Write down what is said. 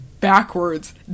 backwards